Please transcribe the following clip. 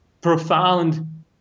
profound